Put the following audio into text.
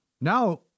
Now